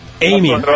Amy